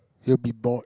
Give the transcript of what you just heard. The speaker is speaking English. you will be bored